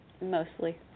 mostly